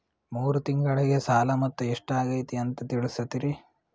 ಮೂರು ತಿಂಗಳಗೆ ಸಾಲ ಮೊತ್ತ ಎಷ್ಟು ಆಗೈತಿ ಅಂತ ತಿಳಸತಿರಿ?